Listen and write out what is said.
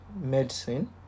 medicine